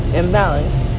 imbalance